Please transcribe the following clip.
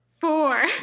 four